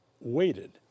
waited